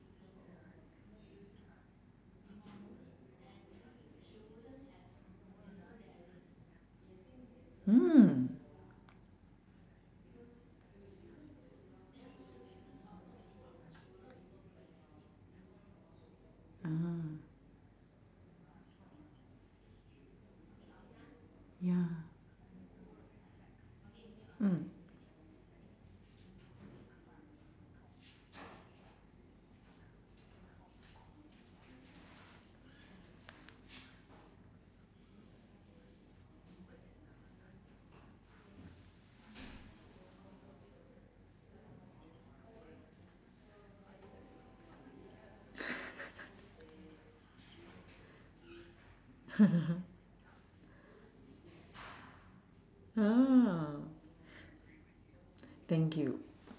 thank you